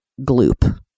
gloop